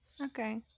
Okay